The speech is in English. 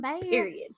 Period